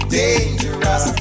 dangerous